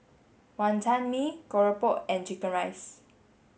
Wantan Mee Keropok and chicken rice